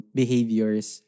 behaviors